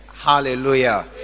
hallelujah